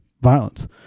violence